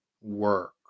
work